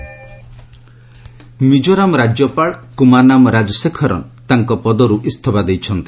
Mizoram governor Mizoram ରାଜ୍ୟପାଳ କୁମାନାମ୍ ରାଜଶେଖରନ୍ ତାଙ୍କ ପଦରୁ ଇସ୍ତାଫା ଦେଇଛନ୍ତି